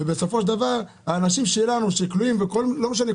ובסופו של דבר האנשים שלנו שכלואים לא משנה,